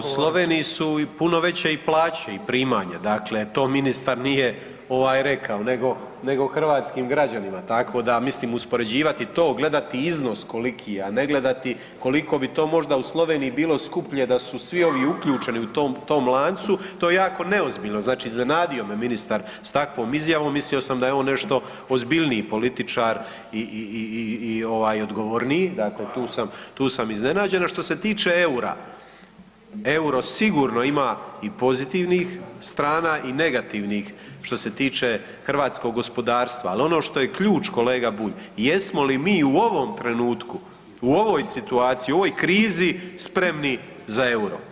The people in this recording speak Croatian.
Pa u Sloveniji su puno veće i plaće, primanja, dakle to ministar nije rekao nego hrvatskim građanima, tako da mislim uspoređivati to, gledati iznos koliki je a ne gledati koliko bi to možda u Sloveniji bilo skuplje da su svi ovi uključeni u tom lancu, to je jako neozbiljno, znači iznenadio me ministar s takvom izjavom, mislio sam da je on nešto ozbiljni političar i odgovorniji, dakle tu sam iznenađen, a što se tiče eura, euro sigurno ima i pozitivnih strana i negativnih što se tiče hrvatskog gospodarstva, ali ono što je ključ kolega Bulj, jesmo li mi u ovom trenutku, u ovoj situaciji, u ovoj krizi spremni za euro?